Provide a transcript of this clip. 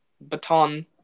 baton